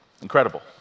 Incredible